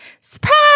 Surprise